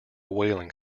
whaling